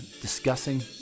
discussing